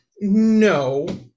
no